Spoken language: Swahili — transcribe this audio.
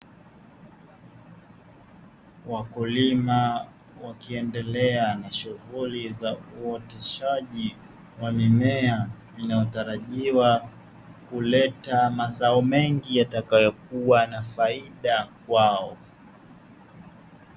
Wakulima wakiendelea na shughuli za uoteshaji wa mimea, inayotarajiwa kuleta mazao mengi yatakayokuwa na faida kwao.